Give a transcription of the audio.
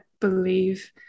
believe